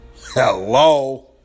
Hello